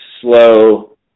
slow